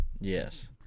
Yes